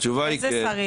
התשובה היא כן.